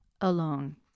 alone